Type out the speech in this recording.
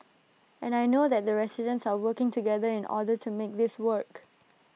and I know that the residents are working together in order to make this work